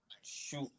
shoot